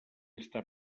està